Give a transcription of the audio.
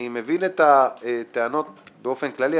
אני מבין את הטענות באופן כללי,